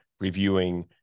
reviewing